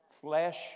flesh